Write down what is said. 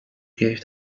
gave